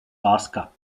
láska